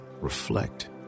reflect